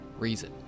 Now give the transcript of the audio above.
Reason